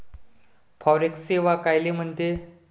Forex सेवा कायले म्हनते?